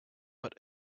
but